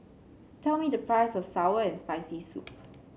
tell me the price of sour and Spicy Soup